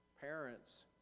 parents